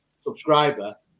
subscriber